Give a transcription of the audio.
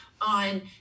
on